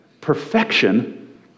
Perfection